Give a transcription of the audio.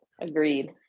agreed